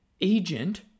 agent